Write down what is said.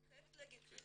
אני חייבת להגיד.